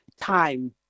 time